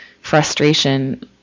frustration